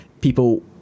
people